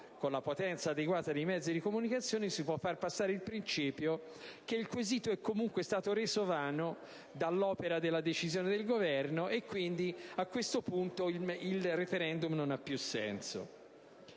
con la potenza adeguata dei mezzi di comunicazione si può far passare il principio che il quesito è stato comunque reso vano dall'opera della decisione del Governo e che, quindi, a questo punto, il *referendum* non ha più senso.